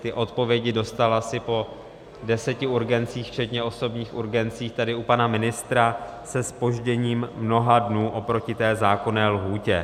Ty odpovědi dostal asi po deseti urgencích, včetně osobních urgencí tady u pana ministra, se zpožděním mnoha dnů oproti zákonné lhůtě.